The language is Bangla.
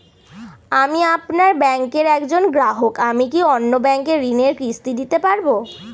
আমি আপনার ব্যাঙ্কের একজন গ্রাহক আমি কি অন্য ব্যাঙ্কে ঋণের কিস্তি দিতে পারবো?